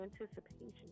anticipation